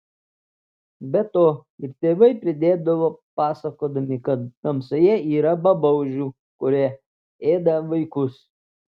be to ir tėvai pridėdavo pasakodami kad tamsoje yra babaužių kurie ėda vaikus